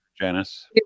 Janice